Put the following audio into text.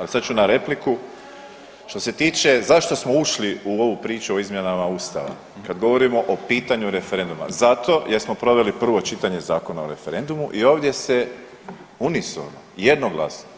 A sad ću na repliku, što se tiče zašto smo ušli u ovu priču o izmjenama Ustava kad govorimo o pitanju referenduma, zato jer smo proveli prvo čitanje Zakona o referendumu i ovdje se unisono, jednoglasno